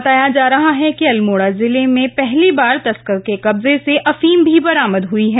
बताया जा रहा है कि अल्मोड़ा जिले में पहली बार तस्कर के कब्जे से अफीम भी बरामद हुई है